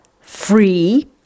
free